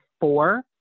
four